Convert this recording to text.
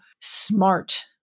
smart